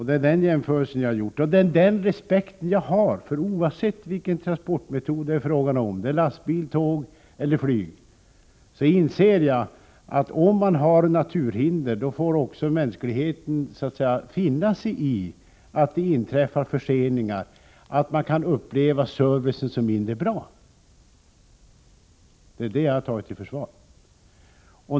Det är den jämförelsen jag gjort och det är det jag har respekt för. Oavsett vilken transportmetod det är fråga om — lastbil, tåg eller flyg — inser jag att vid naturhinder får människorna finna sig i att det inträffar förseningar och att man kan uppleva servicen som mindre bra. Det är det jag tagit i försvar.